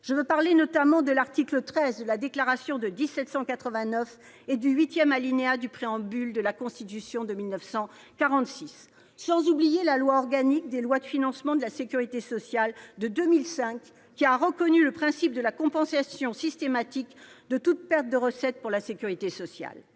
Je pense, notamment, à l'article XIII de la Déclaration de 1789 et au huitième alinéa du Préambule de la Constitution de 1946, sans oublier la loi organique relative aux lois de financement de la sécurité sociale de 2005, qui a reconnu le principe de la compensation systématique de toute perte de recettes pour la sécurité sociale.